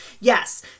yes